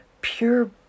pure